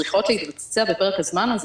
צריכות להתבצע בפרק הזמן הזה.